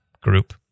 group